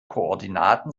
koordinaten